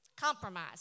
Compromise